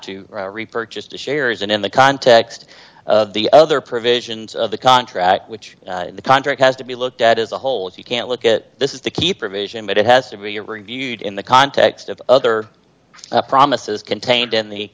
to repurchase shares and in the context of the other provisions of the contract which the contract has to be looked at as a whole if you can't look at this is the key provision but it has to be reviewed in the context of other promises contained in the